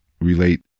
relate